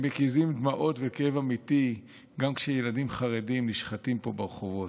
הם מקיזים דמעות וכאב אמיתי גם כשילדים חרדים נשחטים פה ברחובות.